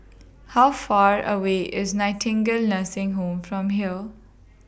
How Far away IS Nightingale Nursing Home from here